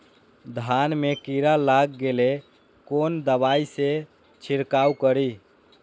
धान में कीरा लाग गेलेय कोन दवाई से छीरकाउ करी?